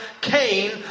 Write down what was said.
Cain